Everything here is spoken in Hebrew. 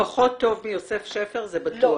פחות טוב מיוסף שפר, זה בטוח.